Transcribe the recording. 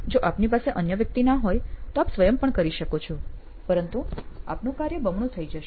જો આપની પાસે અન્ય વ્યકતિ ના હોય તો આપ સ્વયં પણ કરી શકો છો પરંતુ આપનું કાર્ય બમણું થઇ જશે